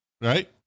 Right